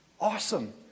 awesome